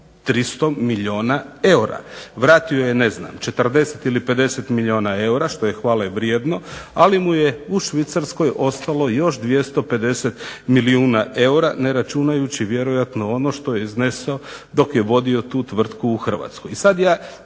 300 milijuna eura. Vratio je 40 ili 50 milijuna eura što je hvalevrijedno, ali mu je u Švicarskoj ostalo još 250 milijuna eura, ne računajući vjerojatno ono što je iznesao dok je vodio tu tvrtku u Hrvatskoj.